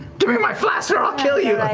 give me my flask or i'll kill you.